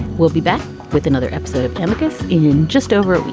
we'll be back with another episode of chemicals in just over